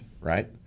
right